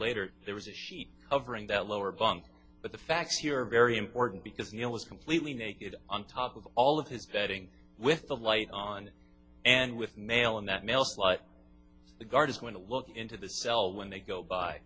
later there was a sheet covering that lower bunk but the facts here very important because you know was completely naked on top of all of his bedding with the light on and with male and that male slut the guard is going to look into the cell when they go by